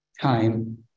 time